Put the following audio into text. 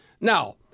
Now